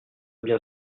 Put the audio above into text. bien